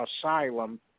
asylum